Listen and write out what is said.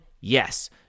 Yes